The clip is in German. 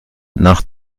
nach